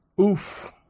Oof